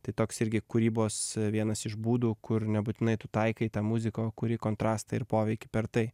tai toks irgi kūrybos vienas iš būdų kur nebūtinai tu taikai tą muziką o kuri kontrastą ir poveikį per tai